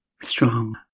strong